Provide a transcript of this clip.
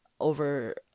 over